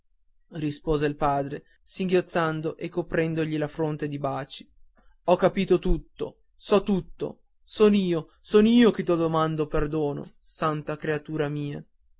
rispose il padre singhiozzando e coprendogli la fronte di baci ho capito tutto so tutto son io son io che ti domando perdono santa creatura mia